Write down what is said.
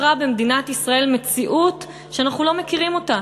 נוצרה במדינת ישראל מציאות שאנחנו לא מכירים אותה.